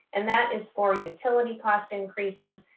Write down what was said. and that is for utility cost increases,